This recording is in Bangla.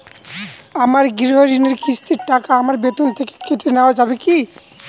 আমার গৃহঋণের কিস্তির টাকা আমার বেতন থেকে কেটে নেওয়া যাবে কি?